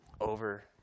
over